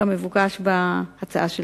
כמבוקש בהצעה שלך.